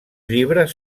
llibres